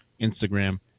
Instagram